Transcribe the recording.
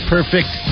Perfect